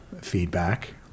feedback